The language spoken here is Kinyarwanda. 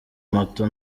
moto